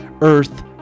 earth